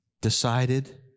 decided